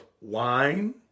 wine